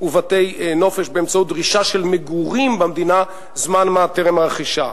ובתי-נופש באמצעות דרישה של מגורים במדינה זמן-מה טרם הרכישה.